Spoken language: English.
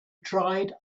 dried